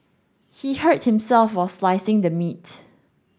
he hurt himself while slicing the meat